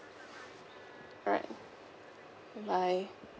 alright bye bye